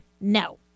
no